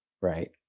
right